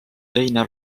teine